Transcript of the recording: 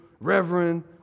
reverend